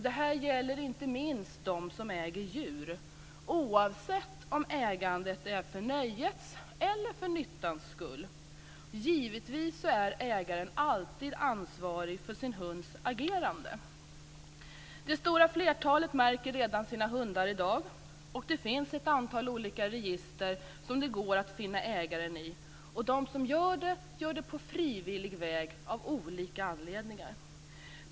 Det gäller inte minst dem som äger djur, oavsett om ägandet är för nöjets eller om det är för nyttans skull. Givetvis är ägaren alltid ansvarig för sin hunds agerande. Det stora flertalet märker redan i dag sina hundar - det finns ett antal olika register som det går att finna ägaren i. De som gör detta gör det på frivillig väg, av olika anledningar.